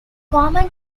common